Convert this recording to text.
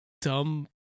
dumb